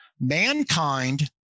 mankind